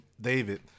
David